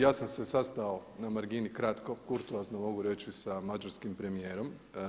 Ja sam se sastao na margini kratko kurtoazno mogu reći sa mađarskim premijerom.